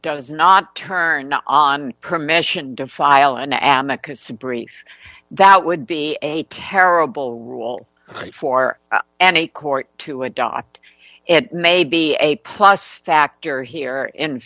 does not turn on permission to file an advocacy brief that would be a terrible rule for any court to adopt it may be a plus factor here in